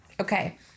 Okay